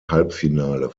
halbfinale